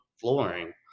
flooring